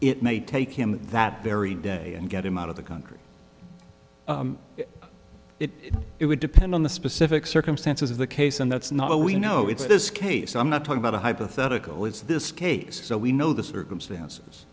it may take him that very day and get him out of the country it it would depend on the specific circumstances of the case and that's not what we know it's this case i'm not talking about a hypothetical it's this case so we know the circumstances